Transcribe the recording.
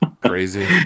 Crazy